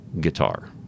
guitar